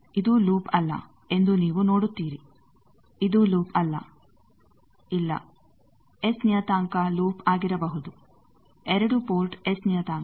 ಇದು ಲೂಪ್ ಅಲ್ಲ ಎಂದು ನೀವು ನೋಡುತ್ತೀರಿ ಇದು ಲೂಪ್ ಅಲ್ಲ ಇಲ್ಲ ಎಸ್ ನಿಯತಾಂಕ ಲೂಪ್ ಆಗಿರಬಹುದು 2 ಪೋರ್ಟ್ ಎಸ್ ನಿಯತಾಂಕ